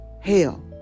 hell